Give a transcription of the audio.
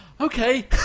okay